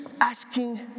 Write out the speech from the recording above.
asking